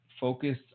focus